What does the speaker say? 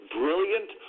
brilliant